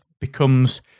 becomes